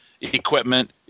equipment